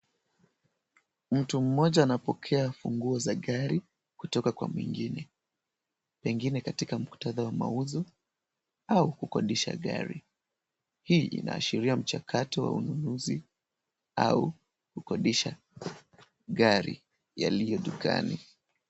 Mtu mmoja anapokea funguo za gari kutoka kwa mwingine. Pengine katika muktadha wa mauzo au kukodisha gari. Hii inaashiria mchakato wa ununuzi au kukodisha gari yaliyo dukani.